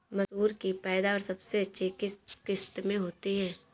मसूर की पैदावार सबसे अधिक किस किश्त में होती है?